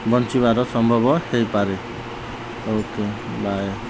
ବଞ୍ଚିବାର ସମ୍ଭବ ହେଇପାରେ ଓକେ ବାଏ